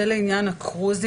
זה רק לעניין ה-קרוזים.